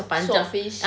swordfish